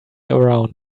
around